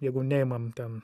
jeigu neimam ten